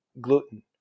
gluten